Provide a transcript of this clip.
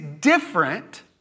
different